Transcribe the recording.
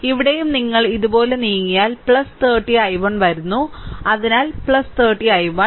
ഇവിടെയും നിങ്ങൾ ഇതുപോലെ നീങ്ങിയാൽ 30 i1 വരുന്നു അതിനാൽ 30 i1